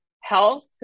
health